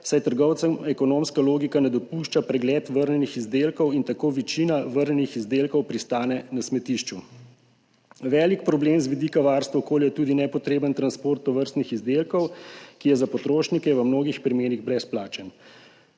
saj trgovcem ekonomska logika ne dopušča pregleda vrnjenih izdelkov in tako večina vrnjenih izdelkov pristane na smetišču. Velik problem z vidika varstva okolja je tudi nepotreben transport tovrstnih izdelkov, ki je za potrošnike v mnogih primerih brezplačen.